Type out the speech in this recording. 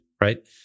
right